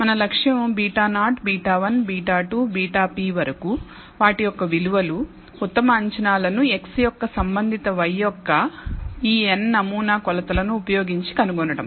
మన లక్ష్యం β0 β1 β2 βp వరకు వాటి యొక్క విలువలు ఉత్తమ అంచనాలను x యొక్క సంబంధిత y యొక్క ఈ n నమూనా కొలతలను ఉపయోగించి కనుగొనడం